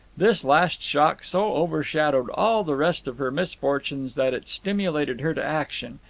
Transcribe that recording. this last shock so overshadowed all the rest of her misfortunes that it stimulated her to action,